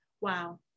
Wow